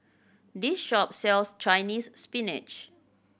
this shop sells Chinese Spinach